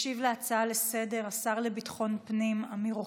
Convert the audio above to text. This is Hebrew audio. ישיב על ההצעה לסדר-היום השר לביטחון הפנים אמיר אוחנה.